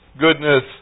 goodness